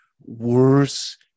worse